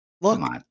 Look